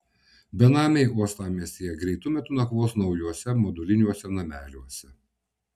benamiai uostamiestyje greitu metu nakvos naujuose moduliniuose nameliuose